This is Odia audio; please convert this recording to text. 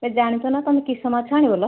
ହେ ଜାଣିଛନା ତମେ କିସ ମାଛ ଆଣିବ ଲୋ